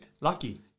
Lucky